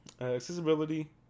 accessibility